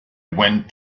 went